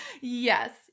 Yes